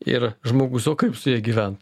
ir žmogus o kaip su ja gyvent